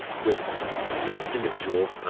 with this individual